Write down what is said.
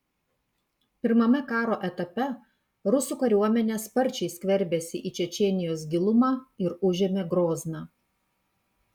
pirmame karo etape rusų kariuomenė sparčiai skverbėsi į čečėnijos gilumą ir užėmė grozną